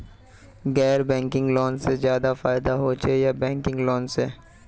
गैर banking loan से ज्यादा फायदा होचे या बैंकिंग लोन से?